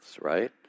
right